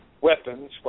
weapons